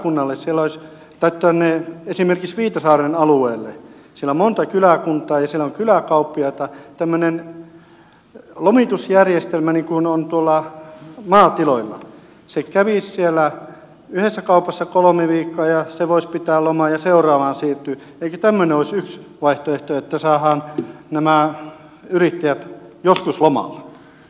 jos pystyttäisiin palkkaamaan esimerkiksi viitasaaren alueelle siellä on monta kyläkuntaa ja siellä on kyläkauppiaita tämmöinen lomitusjärjestelmä niin kuin on maatiloilla se kävisi siellä yhdessä kaupassa kolme viikkoa ja se voisi pitää lomaa ja seuraavaan siirtyisi eikö tämmöinen olisi yksi vaihtoehto että saadaan nämä yrittäjät joskus lomalle